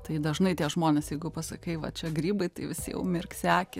tai dažnai tie žmonės jeigu pasakai va čia grybai tai visi jau mirksi akį